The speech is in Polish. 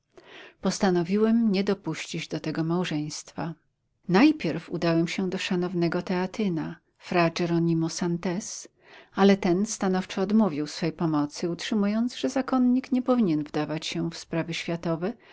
postanowiłem nie dopuścić do tego małżeństwa najpierw udałem się do szanownego teatyna fra geronimo santez ale ten stanowczo odmówił swej pomocy utrzymując że zakonnik nie powinien wdawać się w sprawy światowe